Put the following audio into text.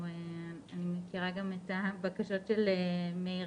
אני מכירה גם את הבקשות של מאיר,